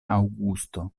aŭgusto